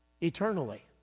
eternally